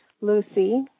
Lucy